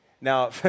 Now